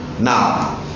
Now